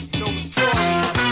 notorious